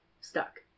stuck